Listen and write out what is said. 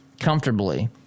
comfortably